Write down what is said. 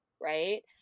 right